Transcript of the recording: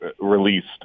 released